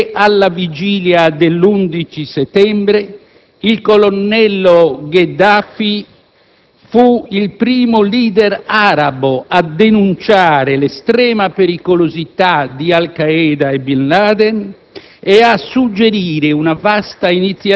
non dimentichiamoci che alla vigilia dell'11 settembre il colonnello Gheddafi fu il primo *leader* arabo a denunciare l'estrema pericolosità di Al Qaeda e di Bin Laden